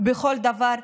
בכל דבר.